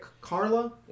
Carla